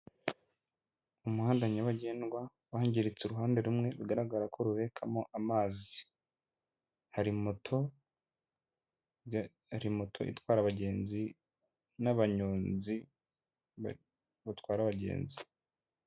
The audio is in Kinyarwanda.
Umuhanda nyabagendwa wangiritse uruhande rumwe rugaragara ko rurekamo amazi, hari moto itwara abagenzi, n'abanyonzi batwara abagenzi.